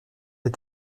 est